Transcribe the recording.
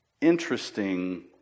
interesting